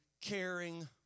caring